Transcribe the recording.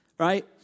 Right